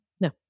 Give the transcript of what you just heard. No